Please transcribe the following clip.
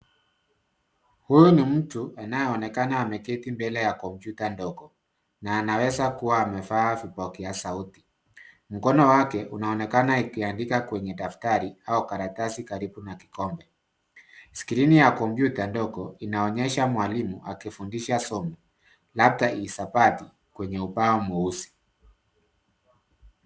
Huyu ni mtu anayeonekana ameketi mbele ya kompyuta ndogo na anaweza kua amevaa vipokea sauti mkono wake unaonekana ukiandika kwenye daftari au karatasi karibu na kikombe na skrini ya komyuta ndogo inaonyesha mwalimu akifundisha somo labda hisabati kwenye ubao mweusi.